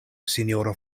sinjoro